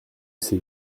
ces